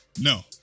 No